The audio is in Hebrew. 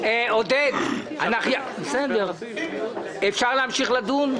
עודד, אפשר להמשיך לדון?